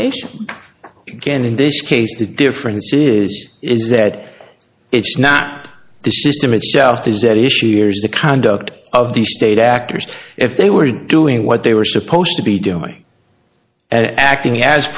again in this case the difference is is that it's not the system itself does that issue here is the conduct of the state actors if they were doing what they were supposed to be doing at acting as